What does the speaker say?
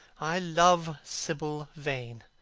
i love sibyl vane.